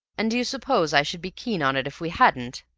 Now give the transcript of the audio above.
and do you suppose i should be keen on it if we hadn't?